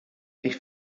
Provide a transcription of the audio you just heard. ich